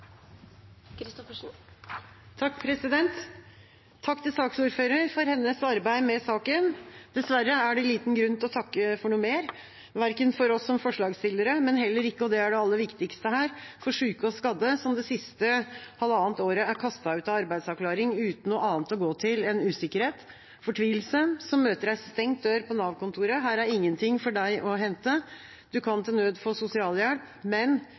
det liten grunn til å takke for noe mer for oss som forslagsstillere, men heller ikke, og det er det aller viktigste, for syke og skadde som det siste halvannet året er kastet ut av arbeidsavklaring, uten noe annet å gå til enn usikkerhet og fortvilelse, og som møter en stengt dør på Nav-kontoret: Her er ingen ting for deg å hente, du kan til nød få sosialhjelp, men